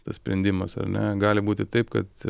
tas sprendimas ar ne gali būti taip kad